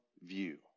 view